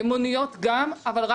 גם את המוניות,